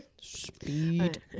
Speed